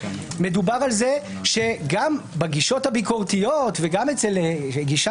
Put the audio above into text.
מדובר על זה שגם בגישות הביקורתיות וגם בגישה